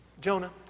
Jonah